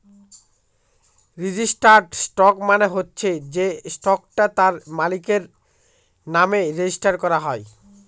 registered stock মানে হচ্ছে সে স্টকটা তার মালিকের নামে রেজিস্টার করা হয়